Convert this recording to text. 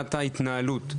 מבחינת ההתנהלות.